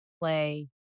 play